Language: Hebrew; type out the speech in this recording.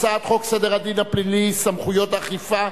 להצעת חוק סדר הדין הפלילי (סמכויות אכיפה,